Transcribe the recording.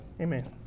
Amen